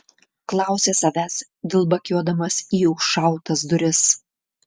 klausė savęs dilbakiuodamas į užšautas duris